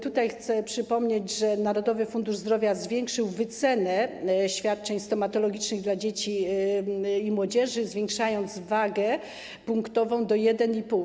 Tutaj chcę przypomnieć, że Narodowy Fundusz Zdrowia zwiększył wycenę świadczeń stomatologicznych dla dzieci i młodzieży, zwiększając wagę punktową do 1,5.